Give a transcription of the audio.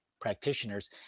Practitioners